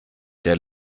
der